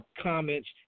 comments